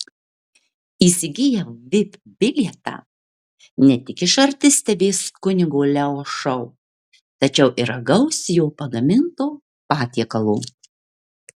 įsigiję vip bilietą ne tik iš arti stebės kunigo leo šou tačiau ir ragaus jo pagaminto patiekalo